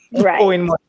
right